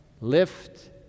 Lift